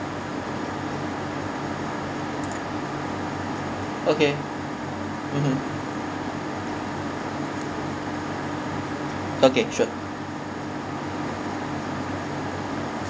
okay mmhmm okay sure